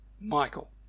Michael